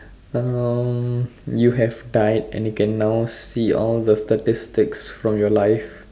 um you have died and you can now can see all the statistics from your life